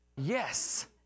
yes